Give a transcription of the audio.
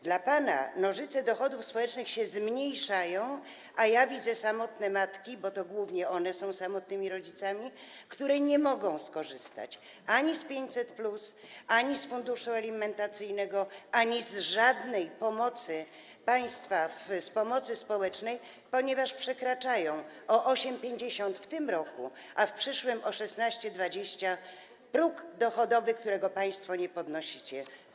Według pana nożyce dochodów społecznych się zmniejszają, a ja widzę samotne matki - to głównie one są samotnymi rodzicami - które nie mogą skorzystać ani z 500+, ani z funduszu alimentacyjnego, ani z żadnej pomocy państwa, pomocy społecznej, ponieważ przekraczają w tym roku o 8,50 zł, a w przyszłym o 16,20 zł, próg dochodowy, którego państwo nie podnosicie.